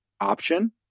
option